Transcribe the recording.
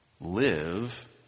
live